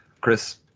Chris